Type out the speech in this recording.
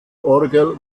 orgel